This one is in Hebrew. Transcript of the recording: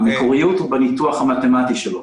המקוריות היא בניתוח המתמטי שלו.